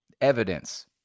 Evidence